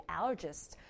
allergists